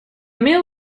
meal